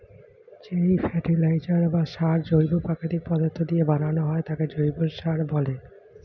যেই ফার্টিলাইজার বা সার জৈব প্রাকৃতিক পদার্থ দিয়ে বানানো হয় তাকে জৈব সার বলে